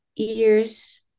ears